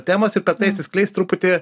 temos ir tai atsiskleis truputį